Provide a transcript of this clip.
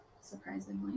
surprisingly